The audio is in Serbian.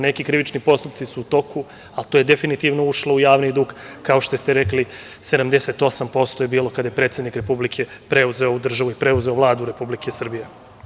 Neki krivični postupci su u toku, ali to je definitivno ušlo u javni dug, kao što ste rekli 78% je bilo kada je predsednik Republike preuzeo ovu državu i preuzeo Vladu Republike Srbije.